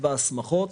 וההסמכות,